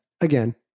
Again